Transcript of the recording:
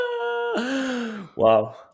Wow